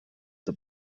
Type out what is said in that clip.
the